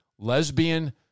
lesbian